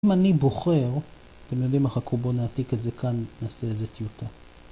אם אני בוחר, אתם יודעים מה חכו, בואו נעתיק את זה כאן, נעשה איזה טיוטה.